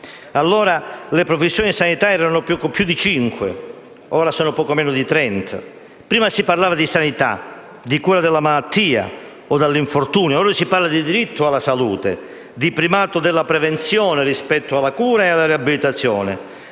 Allora le professioni sanitarie erano poco più di cinque, ora sono poco meno di trenta; prima si parlava di sanità, di cura della malattia o dell'infortunio, ora si parla di diritto alla salute, di primato della prevenzione rispetto alla cura ed alla riabilitazione;